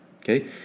Okay